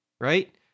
right